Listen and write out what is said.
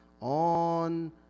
On